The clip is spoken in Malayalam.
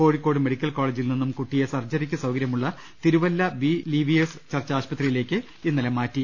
കോഴിക്കോട് മെഡിക്കൽ കോളേജിൽ നിന്നും കുട്ടിയെ സർജറിക്ക് സൌകര്യമുള്ള തിരുവല്ല ബിലീവിയേഴ് സ് ചർച്ച് ആശുപത്രിയിലേക്ക് ഇന്നലെ മാറ്റി